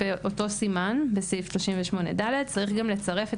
באותו סימן בסעיף 38ד צריך גם לצרף את